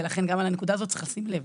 גם לנקודה הזו צריך לשים לב,